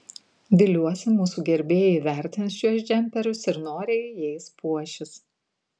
viliuosi mūsų gerbėjai įvertins šiuos džemperius ir noriai jais puošis